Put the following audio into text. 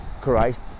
christ